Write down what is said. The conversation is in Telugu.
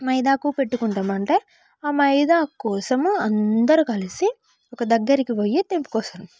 మెహందాకు పెట్టుకుంటాం అంటే ఆ మెహందాకు కోసము అందరూ కలిసి ఒక దగ్గరకు పోయి తెంపుకొస్తాం